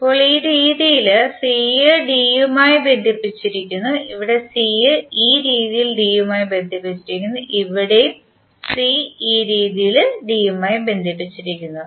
ഇപ്പോൾ ഈ രീതിയിൽ സി ഡി യുമായി ബന്ധിപ്പിച്ചിരിക്കുന്നു ഇവിടെ സി ഈ രീതിയിൽ ഡിയുമായി ബന്ധിപ്പിച്ചിരിക്കുന്നു ഇവിടെയും സി ഈ രീതിയിൽ ഡിയുമായി ബന്ധിപ്പിച്ചിരിക്കുന്നു